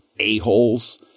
a-holes